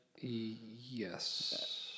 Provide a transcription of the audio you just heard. Yes